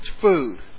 food